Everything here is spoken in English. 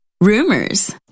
rumors